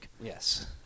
Yes